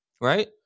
right